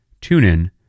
TuneIn